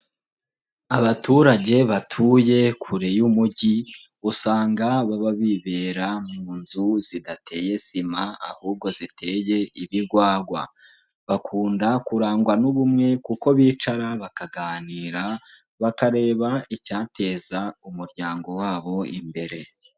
Abaturage batuye kure y'umujyi usanga baba bibera mu nzu zidateye sima, ahubwo ziteye ibigwagwa. Bakunda kurangwa n'ubumwe kuko bicara bakaganira bakareba icyateza umuryango wa bo imbere.